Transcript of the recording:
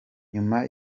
nyuma